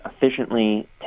efficiently